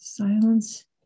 Silence